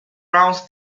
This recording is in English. runs